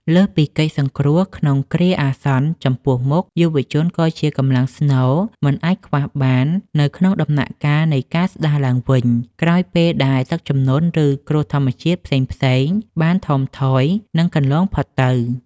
លើសពីកិច្ចសង្គ្រោះក្នុងគ្រាអាសន្នចំពោះមុខ យុវជនក៏ជាកម្លាំងស្នូលមិនអាចខ្វះបាននៅក្នុងដំណាក់កាលនៃការស្ដារឡើងវិញ ក្រោយពេលដែលទឹកជំនន់ ឬគ្រោះធម្មជាតិផ្សេងៗបានថមថយ និងកន្លងផុតទៅ។